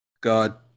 God